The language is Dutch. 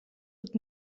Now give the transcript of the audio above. het